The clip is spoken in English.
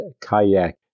kayak